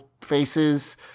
faces